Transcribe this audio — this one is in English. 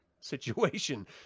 situation